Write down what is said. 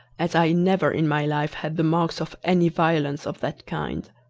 as i never in my life had the marks of any violence of that kind.